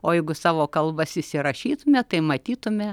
o jeigu savo kalbas įsirašytume tai matytume